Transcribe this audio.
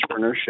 entrepreneurship